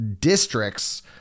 districts